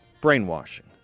Brainwashing